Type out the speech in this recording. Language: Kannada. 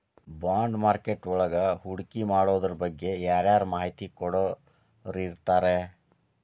ಬಾಂಡ್ಮಾರ್ಕೆಟಿಂಗ್ವಳಗ ಹೂಡ್ಕಿಮಾಡೊದ್ರಬಗ್ಗೆ ಯಾರರ ಮಾಹಿತಿ ಕೊಡೊರಿರ್ತಾರೆನು?